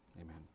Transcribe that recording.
Amen